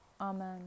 Amen